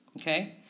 Okay